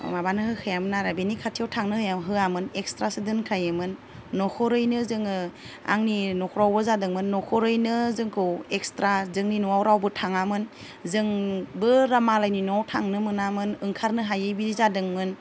माबानो होखायामोन आरो बेनि खाथियाव थांनो होआमोन एक्सट्रासो दोनखायोमोन न'खरैनो जोङो आंनि न'खरावबो जादोंमोन न'खरैनो जोंखौ एक्सट्रा जोंनि न'आव रावबो थाङामोन जोंबो मालायनि न'आव थांनो मोनामोन ओंखारनो हायि बिदि जादोंमोन